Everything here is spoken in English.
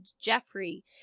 Jeffrey